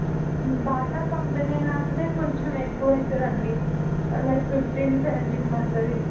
Bata కంపెనీలో అంటే కొంచెం ఎక్కువ అవుతుందండి లైక్ ఫిఫ్టీన్ సెవెంటీన్ పడుతుంది